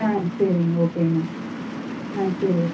ஆ சரிங்க ஓகேங்க ஆ சரி ஓகே